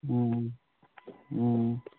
ꯎꯝ ꯎꯝ